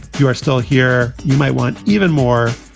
you are still here. you might want even more.